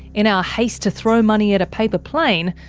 in our haste to throw money at a paper plane,